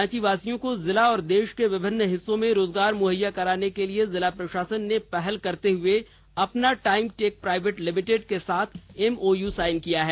रांचीवासियों को जिला और देश के विभिन्न हिस्सों में रोजगार मुहैया कराने के लिए जिला प्रशासन ने पहल करते हुए अपना टाइम टेक प्राइवेट लिमिटेड के साथ एमओयू साइन किया है